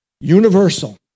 universal